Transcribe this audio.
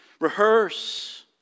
rehearse